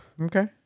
Okay